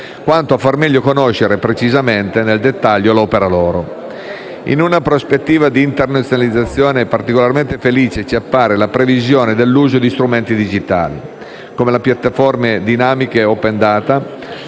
quanto a far meglio conoscere precisamente, nel dettaglio, l'opera loro. In una prospettiva di internazionalizzazione, particolarmente felice ci appare la previsione dell'uso di strumenti digitali, come le piattaforme dinamiche *open data*,